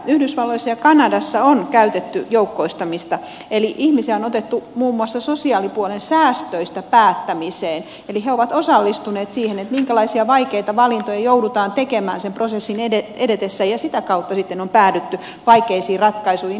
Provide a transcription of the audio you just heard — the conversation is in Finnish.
yhdysvalloissa ja kanadassa on käytetty joukkoistamista eli ihmisiä on otettu muun muassa sosiaalipuolen säästöistä päättämiseen eli he ovat osallistuneet siihen minkälaisia vaikeita valintoja joudutaan tekemään sen prosessin edetessä ja sitä kautta sitten on päädytty vaikeisiin ratkaisuihin